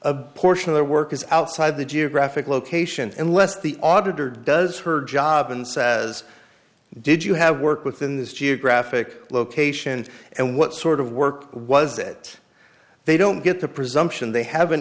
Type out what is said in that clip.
a portion of the work is outside the geographic location unless the auditor does her job and says did you have work within this geographic location and what sort of work was that they don't get the presumption they haven't